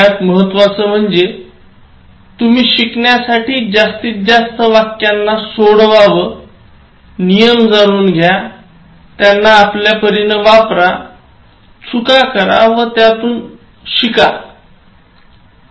सगळ्यात महत्वाचं म्हणजे तुम्ही शिकण्यासाठी जास्तीतजास्त वाक्यानं सोडवा नियम जाणून घ्या त्यांना आपल्यापरीने वापरा चुका करा व शिका हा संदेश दिला